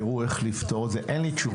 תראו איך לפתור את זה, לי אין תשובה.